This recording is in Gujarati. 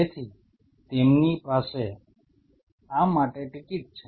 તેથી તેમની પાસે આ માટે ટિકિટ છે